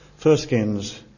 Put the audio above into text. furskins